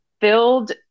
filled